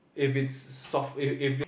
if it's soft if if it's